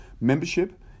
membership